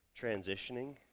transitioning